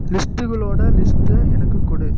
லிஸ்ட்டுகளோட லிஸ்ட்டை எனக்கு கொடு